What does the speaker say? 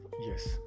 yes